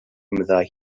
meddai